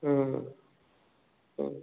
ಹ್ಞೂ ಹ್ಞೂ